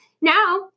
Now